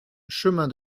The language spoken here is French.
chemin